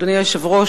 אדוני היושב-ראש,